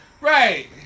Right